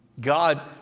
God